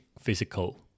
physical